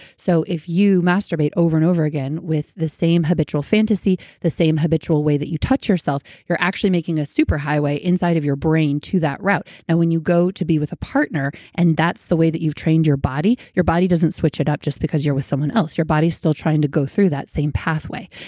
so if you masturbate over and over again with the same habitual fantasy, the same habitual way that you touch yourself, you're actually making a super highway inside of your brain to that route. now, when you go to be with a partner and that's the way that you've trained your body, your body doesn't switch it up just because you're with someone else. your body's still trying to go through that same pathway.